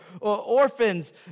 orphans